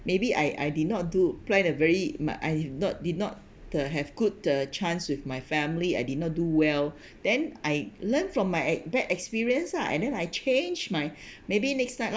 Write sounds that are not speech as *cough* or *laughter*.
maybe I I did not do try a very much I uh not did not did not the have good the chance with my family I did not do well *breath* then I learn from my ex~ bad experience lah and then I change my *breath* maybe next time